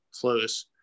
close